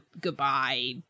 goodbye